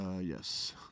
yes